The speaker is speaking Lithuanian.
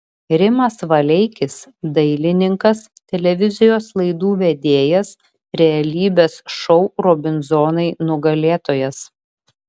rimas valeikis dailininkas televizijos laidų vedėjas realybės šou robinzonai nugalėtojas